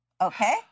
Okay